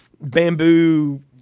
bamboo